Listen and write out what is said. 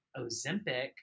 ozempic